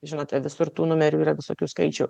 žinote visur tų numerių yra visokių skaičių